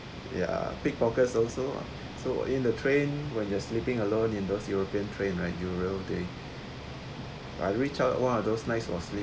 ya pickpockets also so in the train when you're sleeping alone in those european train right day I reach out !wah! those nice was sleep